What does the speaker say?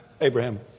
Abraham